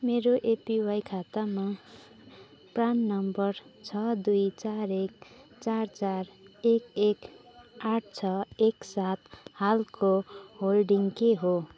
मेरो एपिवाई खातामा PRAN number छ दुई चार एक चार चार एक एक आठ छ एक सात हालको होल्डिङ के हो